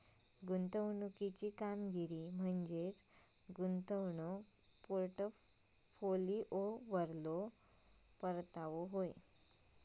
गुंतवणुकीची कामगिरी म्हणजे गुंतवणूक पोर्टफोलिओवरलो परतावा